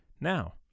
Now